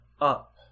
up